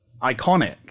iconic